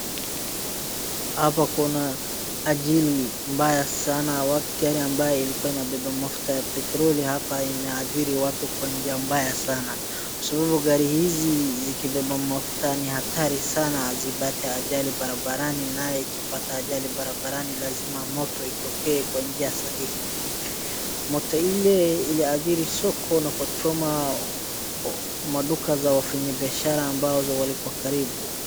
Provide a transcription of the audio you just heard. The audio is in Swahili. Hapa kuna ajali mbaya sana, watu gari amabye ilikua inabeba mafuta ya petroli hapa imeadhiri watu kwa njia mbaya sana, kwa sababu gari hizi zikibeba mafuta ni hatari sana, na zipate ajali barabarani naye ikipata ajali barabarani lazima moto itokee kwa njia sahihi, moto ile iliadhiri soko na kuchoma maduka za wafanyibiashara ambazo walikua karibu.